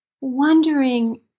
wondering